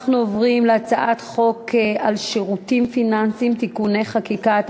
אנחנו עוברים להצעת חוק הפיקוח על שירותים פיננסיים (תיקוני חקיקה),